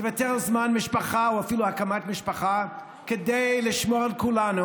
תוותר על זמן משפחה או אפילו על הקמת משפחה כדי לשמור על כולנו,